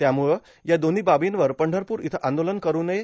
त्यामुळं या दोन्ही बार्बीवर पंढरपूर इथं आंदोलन करु नये